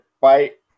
fight